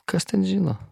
kas ten žino